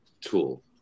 tool